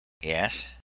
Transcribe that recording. Yes